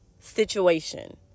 situation